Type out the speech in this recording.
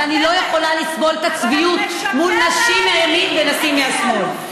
אבל אני לא יכולה לסבול את הצביעות מול נשים מהימין ונשים מהשמאל.